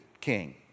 king